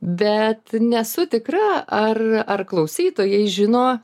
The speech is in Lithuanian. bet nesu tikra ar ar klausytojai žino